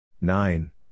nine